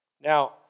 Now